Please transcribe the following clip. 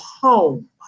home